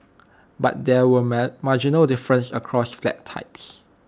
but there were marginal differences across flat types